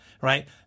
right